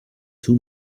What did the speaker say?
two